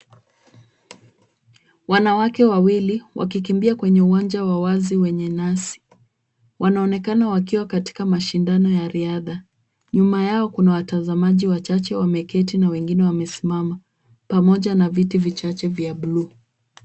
Wanawake wawili, wakikimbia kwenye uwanja wa wazi wenye nyasi. Wanaonekana wakiwa katika mashindano ya riadha. Nyuma yao kuna watazamaji wachache wameketi na wengine wamesimama pamoja na viti vichache vya buluu.